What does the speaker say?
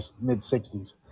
mid-60s